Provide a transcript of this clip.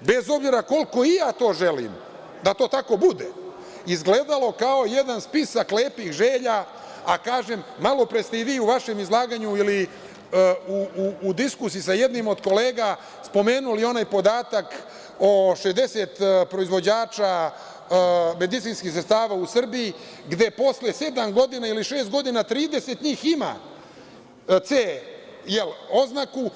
bez obzira koliko ja to želim da to tako bude, izgledalo kao jedan spisak lepih želja, a kažem malopre ste i vi u vašem izlaganju ili u diskusiji sa jednim od kolega spomenuli onaj podatak o 60 proizvođača, medicinskih sredstava u Srbiji, gde posle sedam godina ili šest godina 30 njih ima C oznaku.